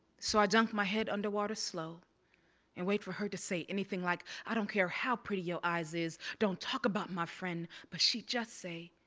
so i dunk my head underwater slow and wait for her to say anything like, i don't care how pretty your eyes is, don't talk about my friend but she just say,